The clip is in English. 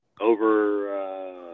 over